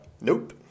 Nope